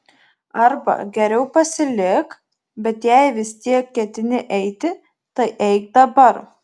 arba geriau pasilik bet jei vis tiek ketini eiti tai eik dabar